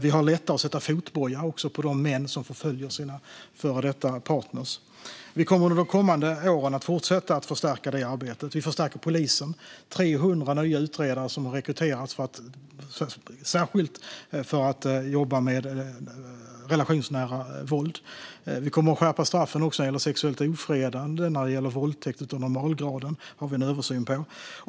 Vi har också lättare att sätta fotboja på de män som förföljer sina före detta partner. Vi kommer under de kommande åren att fortsätta förstärka det arbetet. Vi förstärker polisen med 300 nya utredare som har rekryterats särskilt för att jobba med relationsnära våld. Vi kommer att skärpa straffen när det gäller sexuellt ofredande och våldtäkt av normalgraden. Det gör vi en översyn av.